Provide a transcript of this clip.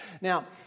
Now